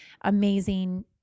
amazing